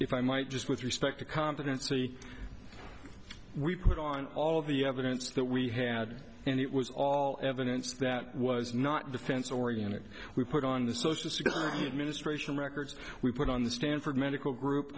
f i might just with respect to competency we put on all of the evidence that we had and it was all evidence that was not defense oriented we put on the social security administration records we put on the stanford medical